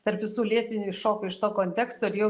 tarp visų lėtinių iššoko iš to konteksto ir jau